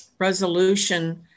resolution